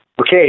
okay